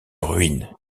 ruine